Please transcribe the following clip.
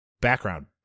Background